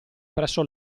presso